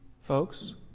folks